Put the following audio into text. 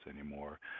anymore